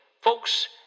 folks